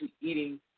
eating